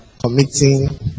committing